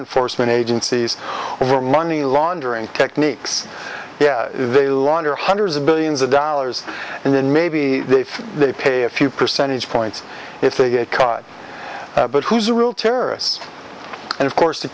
enforcement agencies or money laundering techniques yeah they launder hundreds of billions of dollars and then maybe they pay a few percentage points if they get caught but who's a real terrorist and of course to